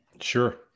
sure